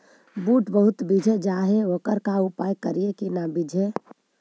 बुट बहुत बिजझ जा हे ओकर का उपाय करियै कि न बिजझे?